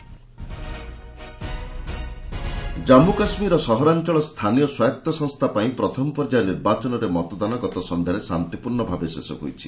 କେକେ polling Jammu କାଶ୍କୀରର ସହରାଞ୍ଚଳ ସ୍ଥାନୀୟ ସ୍ୱାୟତ୍ତ ସଂସ୍ଥା ପାଇଁ ପ୍ରଥମ ପର୍ଯ୍ୟାୟ ନିର୍ବାଚନରେ ମତଦାନ ଗତ ସନ୍ଧ୍ୟାରେ ଶାନ୍ତିପୂର୍ଣ୍ଣଭାବେ ଶେଷ ହୋଇଛି